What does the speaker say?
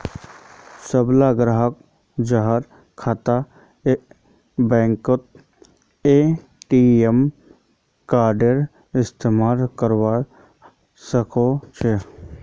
सबला ग्राहक जहार खाता बैंकत छ ए.टी.एम कार्डेर इस्तमाल करवा सके छे